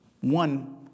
one